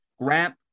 Grant